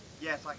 Yes